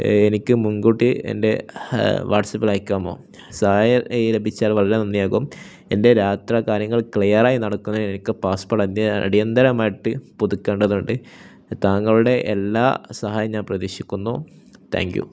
എനിക്ക് മുന്കൂട്ടി എൻ്റെ വാട്സ്ആപ്പിൽ അയക്കാമോ സഹായം ലഭിച്ചാൽ വളരെ നന്നാകും എൻ്റെ യാത്രാകാര്യങ്ങൾ ക്ലിയറായി നടക്കുന്നതിന് എനിക്ക് പാസ്പോര്ട്ട് അടിയന്തരമായിട്ട് പുതുക്കേണ്ടതുണ്ട് താങ്കളുടെ എല്ലാ സഹായവും ഞാൻ പ്രതീക്ഷിക്കുന്നു താങ്ക് യൂ